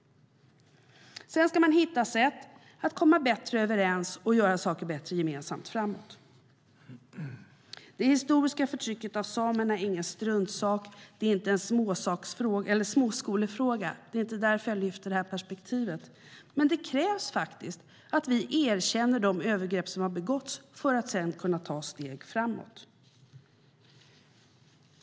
Sedan ska man hitta sätt att komma bättre överens och gemensamt göra saker bättre framåt. Det historiska förtrycket av samerna är ingen struntsak och inte en småskolefråga. Det är inte därför jag lyfter det här perspektivet. Men det krävs faktiskt att vi erkänner de övergrepp som har begåtts för att sedan kunna ta steg framåt.